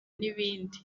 n’ibindi